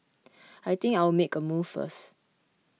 I think I'll make a move first